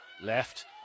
left